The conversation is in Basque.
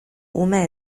ume